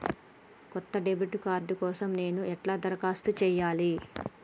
కొత్త debit card కోసం నేను ఎట్లా దరఖాస్తు చేయాలి?